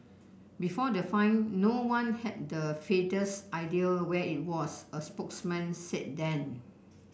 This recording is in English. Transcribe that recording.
before the find no one had the faintest idea where it was a spokesman said then